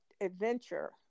adventure